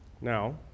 Now